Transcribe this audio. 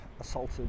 assaulted